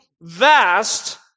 vast